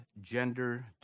gender